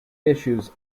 issues